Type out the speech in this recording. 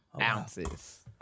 Ounces